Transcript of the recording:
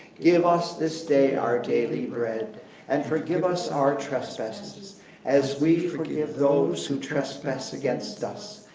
give us this day, our daily bread and forgive us our trespasses, as we forgive those who trespass against us,